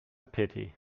pity